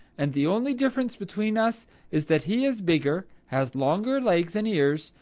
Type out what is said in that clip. and the only difference between us is that he is bigger, has longer legs and ears,